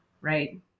right